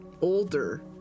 older